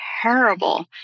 terrible